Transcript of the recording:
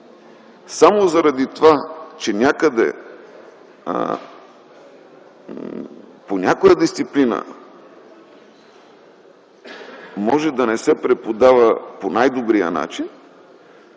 само заради това, че някъде по някоя дисциплина може да не се преподава по най-добрия начин,